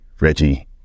Reggie